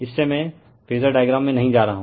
इस से मैं फेजर डायग्राम में नही जा रहा हैं